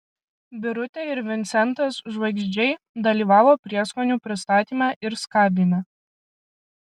birutė ir vincentas švagždžiai dalyvavo prieskonių pristatyme ir skabyme